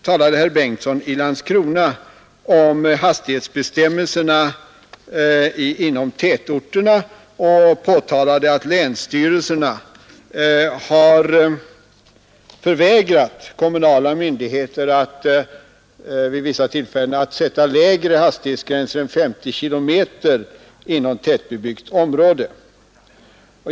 Herr Bengtsson i Landskrona talade om hastighetsbestämmelserna inom tätorterna och påtalade att länsstyrelserna vid vissa tillfällen vägrat kommunala myndigheter att sätta lägre hastighetsgränser än 50 km/tim inom tättbebyggt område.